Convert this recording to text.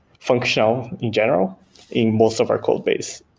functional in general in most of our code base.